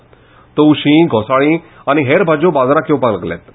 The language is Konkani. ते तवशीं घोंसाळीं आनी हेर भाजयो बाजारांत येवपाक लागल्यात